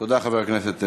תודה, חבר הכנסת חנין.